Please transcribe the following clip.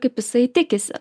kaip jisai tikisi